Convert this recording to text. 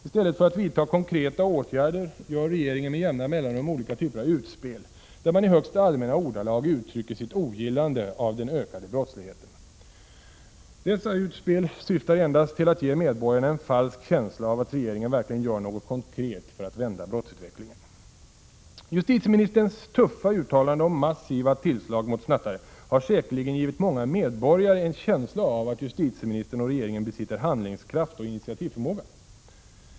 I stället för att vidta konkreta åtgärder gör regeringen med jämna mellanrum olika typer av utspel, där man i högst allmänna ordalag uttrycker sitt ogillande av den ökade brottsligheten. Dessa utspel syftar endast till att ge medborgarna en falsk känsla av att regeringen verkligen gör något konkret för att vända brottsutvecklingen. Justitieministerns tuffa uttalande om massiva tillslag mot snattare har säkerligen givit många medborgare en känsla av att justitieministern och regeringen besitter handlingskraft och initiativförmåga.